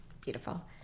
Beautiful